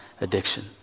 addiction